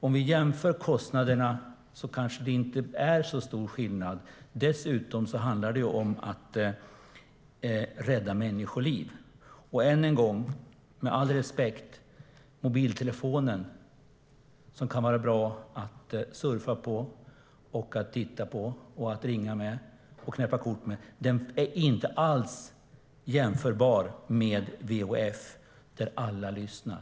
Om vi jämför kostnaderna kanske det inte är så stor skillnad. Dessutom handlar det om att rädda människoliv. Än en gång säger jag, med all respekt, att mobiltelefonen kan vara bra att surfa på, att titta på, att ringa med och att ta kort med, men den är inte alls jämförbar med VHF, där alla lyssnar.